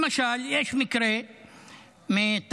למשל, יש מקרה מטייבה